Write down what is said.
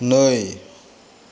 नै